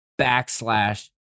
backslash